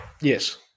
Yes